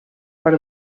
per